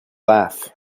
laugh